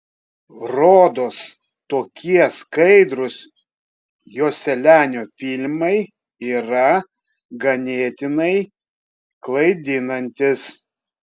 rodos tokie skaidrūs joselianio filmai yra ganėtinai klaidinantys